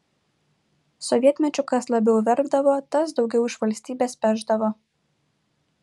sovietmečiu kas labiau verkdavo tas daugiau iš valstybės pešdavo